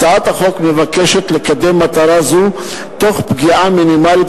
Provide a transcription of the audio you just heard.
הצעת החוק מבקשת לקדם מטרה זו תוך פגיעה מינימלית